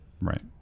right